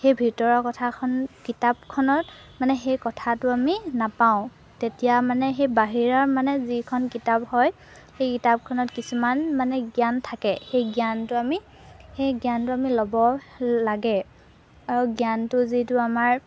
সেই ভিতৰৰ কথাখন কিতাপখনত মানে সেই কথাটো আমি নাপাওঁ তেতিয়া মানে সেই বাহিৰৰ মানে যিখন কিতাপ হয় সেই কিতাপখনত কিছুমান মানে জ্ঞান থাকে সেই জ্ঞানটো আমি সেই জ্ঞানটো আমি ল'ব লাগে আৰু জ্ঞানটো যিটো আমাৰ